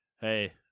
Hey